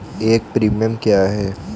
एक प्रीमियम क्या है?